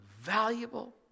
valuable